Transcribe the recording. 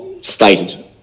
stated